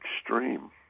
extreme